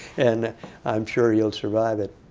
and i'm sure he'll survive it.